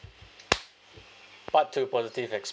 part two positive